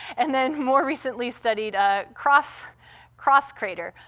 and then, more recently, studied ah cross cross crater,